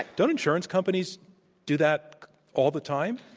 don't insurance companies do that all the time?